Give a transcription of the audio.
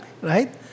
right